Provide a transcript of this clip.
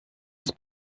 das